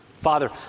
Father